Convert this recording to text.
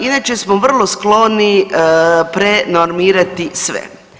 Inače smo vrlo skloni prenormirati sve.